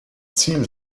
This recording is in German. ziel